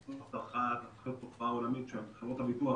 וניהול האבטחה הפך להיות פה תופעה עולמית שחברות הביטוח